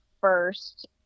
first